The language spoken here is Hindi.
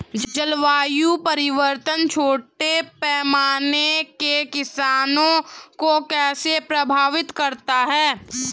जलवायु परिवर्तन छोटे पैमाने के किसानों को कैसे प्रभावित करता है?